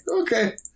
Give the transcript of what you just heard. Okay